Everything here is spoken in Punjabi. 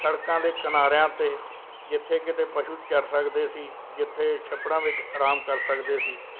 ਸੜਕਾਂ ਦੇ ਕਿਨਾਰਿਆਂ 'ਤੇ ਜਿੱਥੇ ਕਿਤੇ ਪਸ਼ੂ ਚਰ ਸਕਦੇ ਸੀ ਜਿੱਥੇ ਛੱਪੜਾਂ ਵਿੱਚ ਆਰਾਮ ਕਰ ਸਕਦੇ ਸੀ